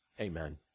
Amen